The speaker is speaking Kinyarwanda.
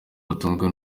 batunzwe